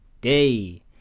day